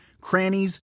crannies